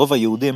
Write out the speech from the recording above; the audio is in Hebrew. רוב היהודים